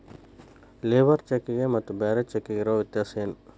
Labour ಚೆಕ್ಕಿಗೆ ಮತ್ತ್ ಬ್ಯಾರೆ ಚೆಕ್ಕಿಗೆ ಇರೊ ವ್ಯತ್ಯಾಸೇನು?